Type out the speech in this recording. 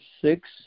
six